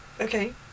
Okay